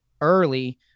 early